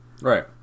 Right